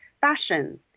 fashion